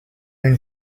une